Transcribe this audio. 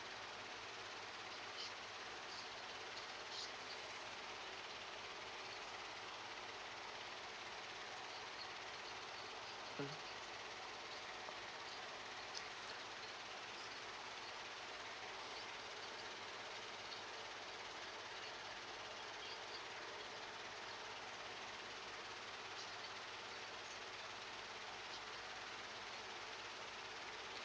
mm